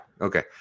Okay